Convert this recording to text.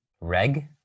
reg